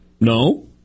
No